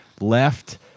Left